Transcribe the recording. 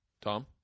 Tom